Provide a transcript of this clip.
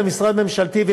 ממשלתי,